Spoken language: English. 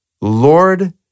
Lord